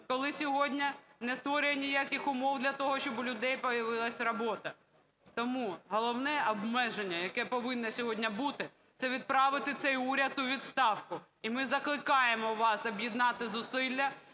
коли сьогодні не створює ніяких умов для того, щоб у людей появилась робота. Тому головне обмеження, яке повинно сьогодні бути – це відправити цей уряд у відставку. І ми закликаємо вас об'єднати зусилля